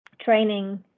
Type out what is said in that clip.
training